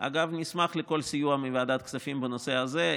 אגב, נשמח לכל סיוע מוועדת הכספים בנושא הזה.